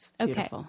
Okay